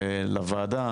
לוועדה.